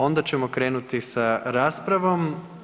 Onda ćemo krenuti sa raspravom.